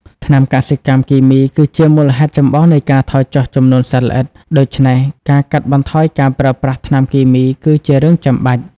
ថ្នាំកសិកម្មគីមីគឺជាមូលហេតុចម្បងនៃការថយចុះចំនួនសត្វល្អិត ដូច្នេះការកាត់បន្ថយការប្រើប្រាស់ថ្នាំគីមីគឺជារឿងចាំបាច់។